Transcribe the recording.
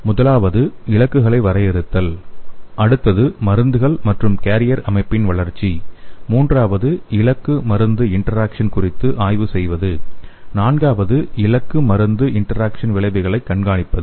முதலாவது இலக்குகளை வரையறுத்தல் அடுத்தது மருந்துகள் மற்றும் கேரியர் அமைப்பின் வளர்ச்சி மூன்றாவது இலக்கு மருந்து இன்டராக்சன் குறித்து ஆய்வு செய்வது நான்காவது இலக்கு மருந்து இன்டராக்சன் விளைவுகளை கண்காணிப்பது